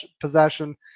possession